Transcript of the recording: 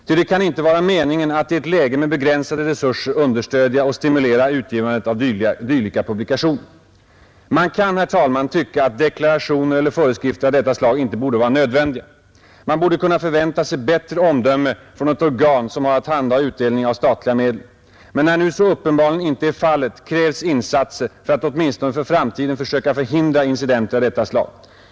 Ty det kan inte vara meningen att i ett läge med begränsade resurser understödja och stimulera utgivandet av dylika publikationer! Man kan, herr talman, tycka att deklarationer eller föreskrifter av detta slag inte borde vara nödvändiga. Man borde kunna förvänta sig bättre omdöme från ett organ som har att handha utdelning av statliga medel. Men när nu så uppenbarligen inte är fallet krävs insatser för att åtminstone för framtiden söka förhindra incidenter av detta slag.